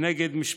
כנגד משפחות.